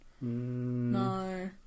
No